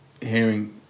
hearing